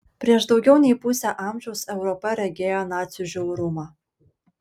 prieš daugiau nei pusę amžiaus europa regėjo nacių žiaurumą